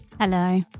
Hello